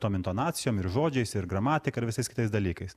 tom intonacijom ir žodžiais ir gramatika ir visais kitais dalykais